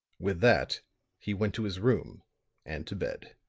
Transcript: with that he went to his room and to bed.